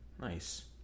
Nice